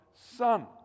Son